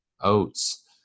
oats